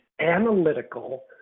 analytical